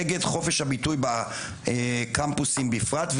נגד חופש הביטוי בקמפוסים במפרט,